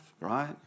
right